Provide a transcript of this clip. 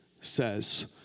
says